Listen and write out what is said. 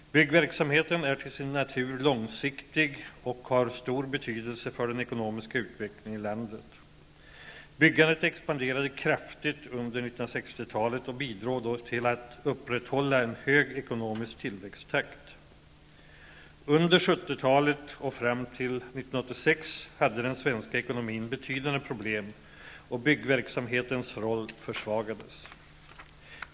Byggverksamheten är till sin natur långsiktig och har stor betydelse för den ekonomiska utvecklingen i landet. Byggandet expanderade kraftigt under 1960-talet och bidrog då till att upprätthålla en hög ekonomisk tillväxttakt. Under 1970-talet och fram till 1986 hade den svenska ekonomin betydande problem, och byggverksamhetens roll försvagades.